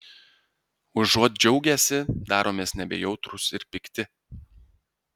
užuot džiaugęsi daromės nebejautrūs ir pikti